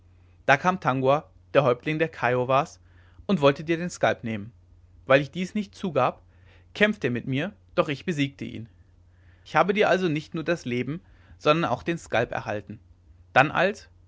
da kam tangua der häuptling der kiowas und wollte dir den skalp nehmen weil ich dies nicht zugab kämpfte er mit mir doch ich besiegte ihn ich habe dir also nicht nur das leben sondern auch den skalp erhalten dann als